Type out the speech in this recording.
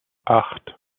acht